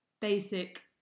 basic